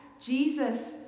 Jesus